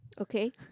Okay